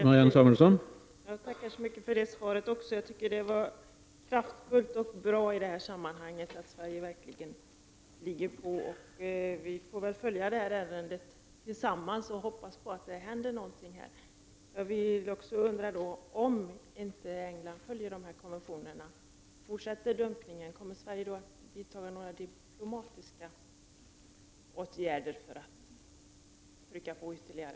Herr talman! Jag tackar även för det svaret. Det var kraftfullt, och det är bra i detta sammanhang att Sverige verkligen ligger på. Vi får väl följa ärendet tillsammans, och vi hoppas att det händer någonting. Om inte England följer konventionerna och fortsätter dumpningen, kommer Sverige då att vidta några diplomatiska åtgärder för att trycka på ytterligare?